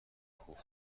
خوب